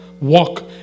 walk